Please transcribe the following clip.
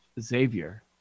Xavier